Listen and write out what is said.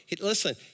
Listen